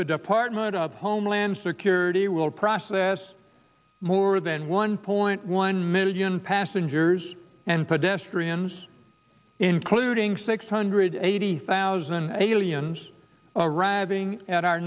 the department of homeland security will process more than one point one million passengers and pedestrians including six hundred eighty thousand aliens arriving at our